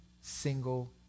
single